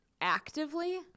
actively